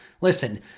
Listen